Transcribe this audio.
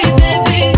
baby